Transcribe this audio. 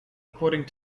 according